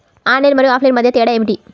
Online మరియు offline మధ్య తేడా ఏమిటీ?